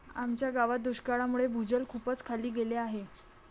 आमच्या गावात दुष्काळामुळे भूजल खूपच खाली गेले आहे